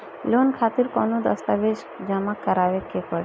Loan खातिर कौनो दस्तावेज जमा करावे के पड़ी?